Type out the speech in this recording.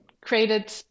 created